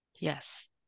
Yes